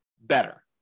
better